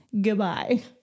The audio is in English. Goodbye